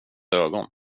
ögon